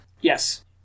yes